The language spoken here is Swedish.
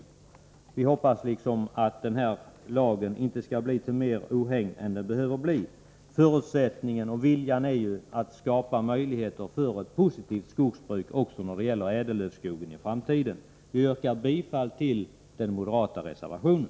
Vår förhoppning är att den här lagen inte skall bli till mer ohägn än den behöver bli. Viljan är ju att skapa positiva möjligheter i framtiden för skogsbruket också när det gäller ädellövskogen. Herr talman! Jag yrkar bifall till den moderata reservationen.